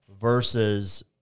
versus